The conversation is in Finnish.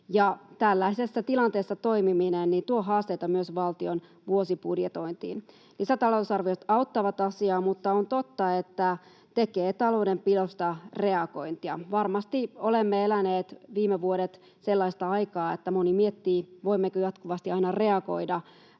tällaisessa tilanteessa toimiminen tuo haasteita myös valtion vuosibudjetointiin. Lisätalousarviot auttavat asiaa, mutta on totta, että ne tekevät taloudenpidosta reagointia. Varmasti olemme eläneet viime vuodet sellaista aikaa, että moni miettii, voimmeko jatkuvasti reagoida